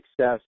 success